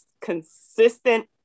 consistent